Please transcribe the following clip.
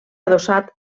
adossat